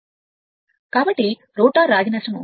కాబట్టి రోటర్ రాగి నష్టం 17